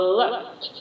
left